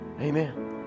Amen